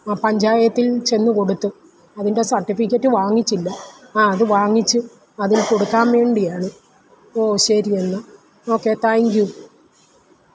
ആ പഞ്ചായത്തിൽ ചെന്ന് കൊടുത്ത് അതിൻ്റെ സർട്ടിഫിക്കറ്റ് വാങ്ങിച്ചില്ല ആ അത് വാങ്ങിച്ച് അതിൽ കൊടുക്കാൻ വേണ്ടിയാണ് ഓ ശരി എന്നാൽ ഓക്കെ താങ്ക്യൂ